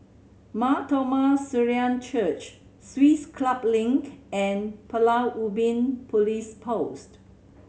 Mar Thoma Syrian Church Swiss Club Link and Pulau Ubin Police Post